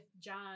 John